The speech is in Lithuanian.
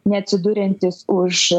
neatsiduriantys už